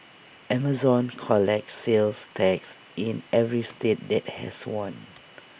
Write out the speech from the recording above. Amazon collects sales tax in every state that has one